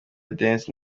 dance